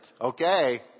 Okay